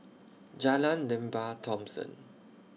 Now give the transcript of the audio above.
Jalan Lembah Thomson